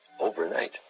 overnight